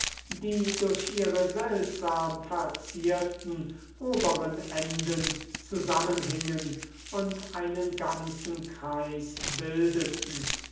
die durch ihre seltsam verzierten oberen enden zusammenhingen und einen ganzen kreis bildeten